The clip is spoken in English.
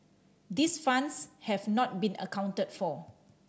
these funds have not been accounted for